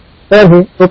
तर हे सोपे आहे